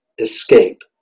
Escape